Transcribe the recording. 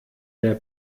der